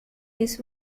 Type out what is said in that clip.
his